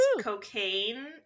cocaine